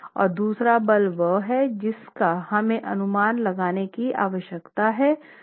और दूसरा बल वह है जिसका हमें अनुमान लगाने की आवश्यकता है जो कि N i A w है